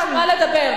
את רשומה לדבר.